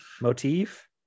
motif